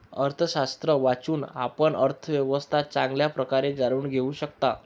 अर्थशास्त्र वाचून, आपण अर्थव्यवस्था चांगल्या प्रकारे जाणून घेऊ शकता